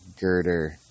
girder